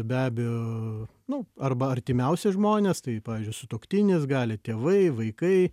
be abejo nu arba artimiausi žmonės tai pavyzdžiui sutuoktinis gali tėvai vaikai